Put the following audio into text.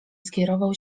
skierował